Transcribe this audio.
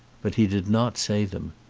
but he did not say them.